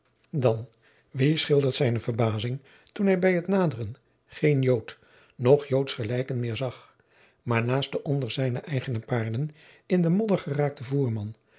dan wie schildert zijne verbazing toen hij bij t naderen geen jood noch joodsgelijken meer zag maar naast den onder zijne eigene paarden in den modder geraakten voerman